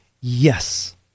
Yes